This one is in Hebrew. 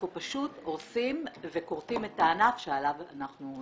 אנחנו פשוט הורסים וכורתים את הענף שעליו אנחנו יושבים.